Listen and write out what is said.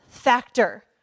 factor